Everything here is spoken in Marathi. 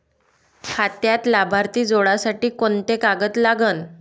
खात्यात लाभार्थी जोडासाठी कोंते कागद लागन?